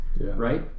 right